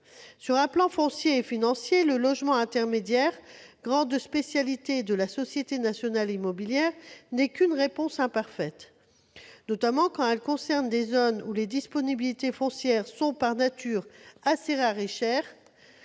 Sur un plan foncier et financier, le logement intermédiaire, grande spécialité de la Société nationale immobilière, n'est qu'une réponse imparfaite, notamment quand elle concerne des zones où les disponibilités foncières sont, par nature, assez rares et chères.